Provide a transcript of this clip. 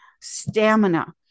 stamina